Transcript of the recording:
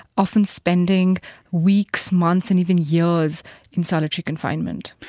often spending weeks, months and even years in solitary confinement.